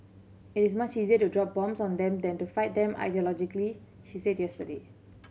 it is much easier to drop bombs on them than to fight them ideologically she said yesterday